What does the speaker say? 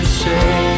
say